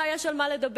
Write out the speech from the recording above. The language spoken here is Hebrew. אולי יש על מה לדבר,